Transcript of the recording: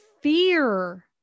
fear